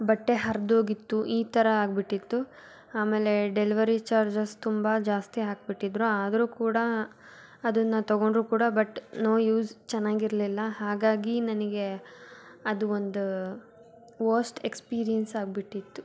ಬಟ್ಟೆ ಹರ್ದೋಗಿತ್ತು ಈ ಥರ ಆಗಿಬಿಟ್ಟಿತ್ತು ಆಮೇಲೆ ಡೆಲ್ವರಿ ಚಾರ್ಜಸ್ ತುಂಬ ಜಾಸ್ತಿ ಹಾಕಿಬಿಟ್ಟಿದ್ರು ಆದರೂ ಕೂಡ ಅದನ್ನ ತೊಗೊಂಡರೂ ಕೂಡ ಬಟ್ ನೋ ಯೂಸ್ ಚೆನ್ನಾಗಿರಲಿಲ್ಲ ಹಾಗಾಗಿ ನನಗೆ ಅದು ಒಂದು ವಸ್ಟ್ ಎಕ್ಸ್ಪಿರೀಯನ್ಸ್ ಆಗಿಬಿಟ್ಟಿತ್ತು